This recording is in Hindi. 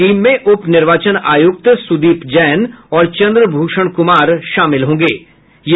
टीम में उप निर्वाचन आयुक्त सुदीप जैन और चंद्रभूषण कुमार शामिल होंगे